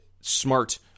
smart